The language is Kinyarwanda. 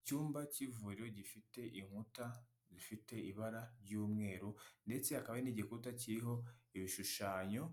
Icyumba cy'ivuriro gifite inkuta zifite ibara ry'umweru, ndetse hakaba hari n'igikuta kiriho ibishushanyo